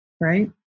right